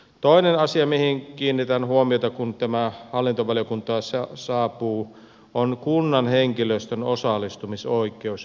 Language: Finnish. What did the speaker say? toinen asia mihin kiinnitän huomiota kun tämä hallintovaliokunta saapuu on kunnan henkilöstön osallistumisoikeus